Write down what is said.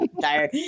Tired